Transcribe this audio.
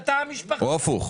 לתא המשפחתי,